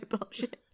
bullshit